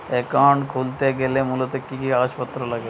Account খুলতে গেলে মূলত কি কি কাগজপত্র লাগে?